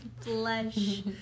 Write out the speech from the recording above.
flesh